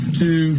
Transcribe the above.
two